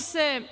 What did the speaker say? se